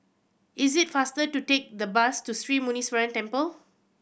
is it faster to take the bus to Sri Muneeswaran Temple